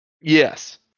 Yes